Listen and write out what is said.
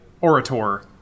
orator